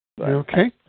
Okay